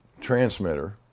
transmitter